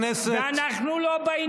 ואנחנו לא בעניין.